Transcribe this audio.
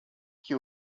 que